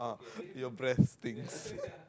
your breath stinks